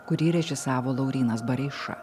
kurį režisavo laurynas bareiša